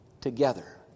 together